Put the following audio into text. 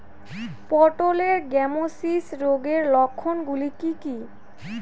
পটলের গ্যামোসিস রোগের লক্ষণগুলি কী কী?